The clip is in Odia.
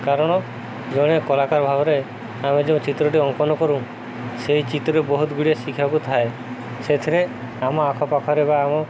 କାରଣ ଜଣେ କଳାକାର ଭାବରେ ଆମେ ଯେଉଁ ଚିତ୍ରଟି ଅଙ୍କନ କରୁ ସେଇ ଚିତ୍ର ବହୁତ ଗୁଡ଼ିଏ ଶିଖିବାକୁ ଥାଏ ସେଥିରେ ଆମ ଆଖ ପାଖରେ ବା ଆମ